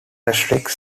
restricts